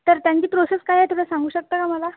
तर त्यांची प्रोसेस काय आहे तुम्ही सांगू शकता का मला